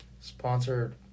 sponsored